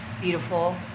beautiful